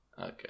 okay